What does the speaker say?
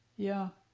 yeah.